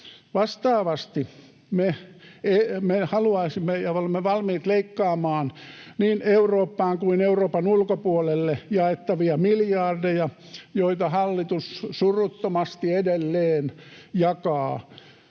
Vastaavasti me haluaisimme leikata ja olemme valmiit leikkaamaan niin Eurooppaan kuin Euroopan ulkopuolelle jaettavia miljardeja, joita hallitus suruttomasti edelleen jakaa.